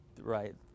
right